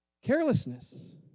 Carelessness